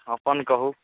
अपन कहू